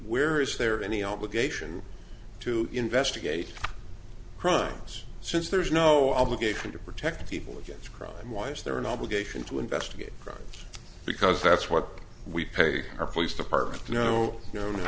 where is there any obligation to investigate crimes since there's no obligation to protect people against crime why is there an obligation to investigate crimes because that's what we pay our police department no no